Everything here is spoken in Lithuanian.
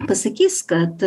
pasakys kad